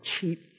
cheap